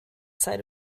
side